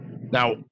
Now